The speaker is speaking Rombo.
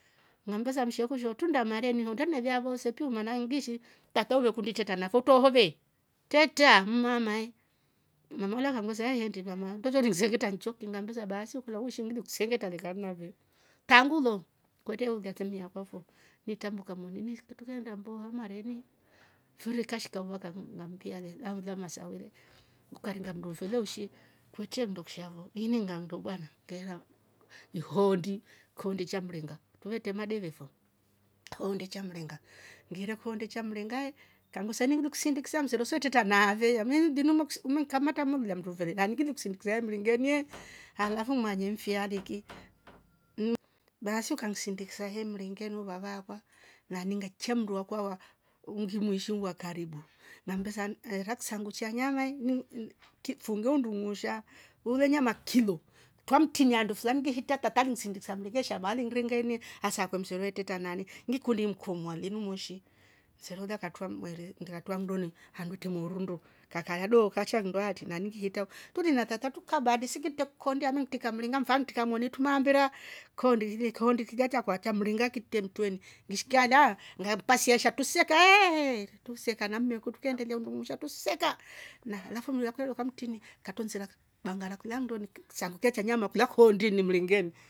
Ngambesa mshekusho trunda mareni hondre tune vyaa voose piu maana yo ngiishi tata ulekundi itreta nafe utrohove tretraaa, mama ehe choocho ulinisengetra nchoki ngambesa baasi kolya uishi ngilikusengetra lekani nafe tangu loo kwetre ulya teni yakwa fo nii itrambuka moni, trukeenda mboha mareni mfiri wo ukashika, ngambia le laulya masawe le ukaringa mndu mfele ushi kwetre nndo kisha fo ini nganndo bwana ngeera ihoondi koondi cha mringa, kuvetre madeve fo kikoondi cha mringa ngiire kikoondi cha mringa kangvesa ili ngilikusindikisa msero so e treta naafe mi ngili kukamatra ngimelolya mndu mfele naani ngilikusindiksa mringeni alafu ngimanye nfi aleki, baasi ukansindikisa he mringeni vavakwa naani ngaichya mnduakwa wa ngimuishi wa karibu ngammbesa era kisambu cha nyama kifunge undung'usha ule nyama kilo twra mtini andu fulani ngishi tata anisindikisa mringeni ngeshaamba aliniringa ini asaakwe msero e treta naani, ngikundi imkomoa linu moshi, msero ulya akatwra nndoni handu wetre moorundu kakaa alaya dooka sha nndo hatri nani ngili hitra lau ngili na tata tulikaba hadisi ngitre kihondi amentrika mringa mfe antrika moni trume ambira kihoondi, kihoondi kilya chakwa cha mringa kitre mtwreni, ngishike alyaa ngampasia kama truseka heeehee truseka na mmeku trukeendelia na mmeku truseka mla kulya dooka mtrini aktonsira kibangara kulya nndoni, kulya kihoondini mringeni